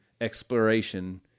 exploration